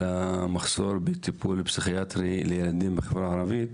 המחסור בטיפול פסיכיאטרי לילדים בחברה הערבית,